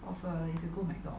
of uh if you go back